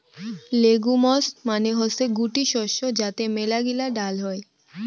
legumes মানে হসে গুটি শস্য যাতে মেলাগিলা ডাল হই